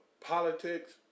Politics